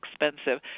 expensive